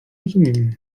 rozumiem